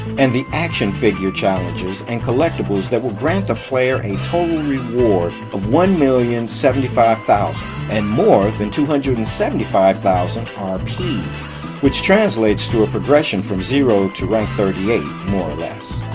and the action figures challenges and collectibles that will grant the player a total reward of one million seventy five thousand dollars and more than two hundred and seventy five thousand rps which translates to a progression from zero to rank thirty eight more or less.